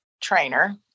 trainer